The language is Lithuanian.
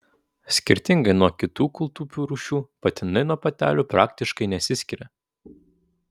skirtingai nuo kitų kūltupių rūšių patinai nuo patelių praktiškai nesiskiria